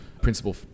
principle